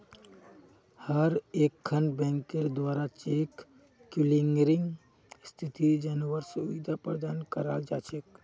हर एकखन बैंकेर द्वारा चेक क्लियरिंग स्थिति जनवार सुविधा प्रदान कराल जा छेक